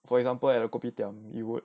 for example at the kopitiam you would